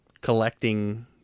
collecting